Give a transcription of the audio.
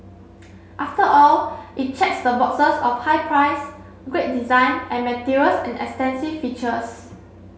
after all it checks the boxes of high price great design and materials and extensive features